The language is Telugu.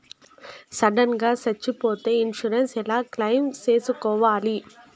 సడన్ గా సచ్చిపోతే ఇన్సూరెన్సు ఎలా క్లెయిమ్ సేసుకోవాలి?